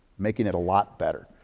making it a lot better.